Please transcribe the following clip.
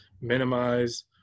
minimize